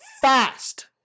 fast